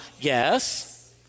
Yes